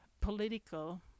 political